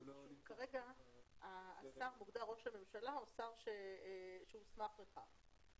כרגע השר מוגדר ראש הממשלה או שר שהוסמך לכך.